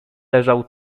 leżał